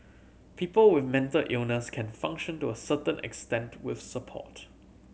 people with mental illness can function to a certain extent with support